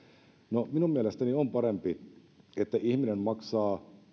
no minun mielestäni on parempi se että ihminen maksaa